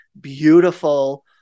beautiful